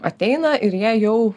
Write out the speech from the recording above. ateina ir jie jau